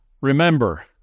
Remember